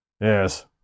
Yes